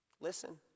Listen